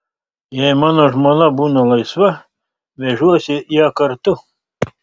jei mano žmona būna laisva vežuosi ją kartu